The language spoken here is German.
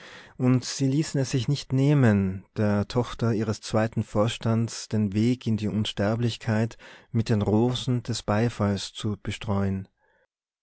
und sie ließen es sich nicht nehmen der tochter ihres zweiten vorstandes den weg in die unsterblichkeit mit den rosen des beifalls zu bestreuen